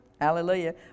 Hallelujah